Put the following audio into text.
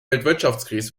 weltwirtschaftskrise